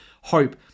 hope